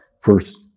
first